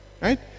Right